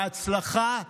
בהצלחה.